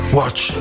watch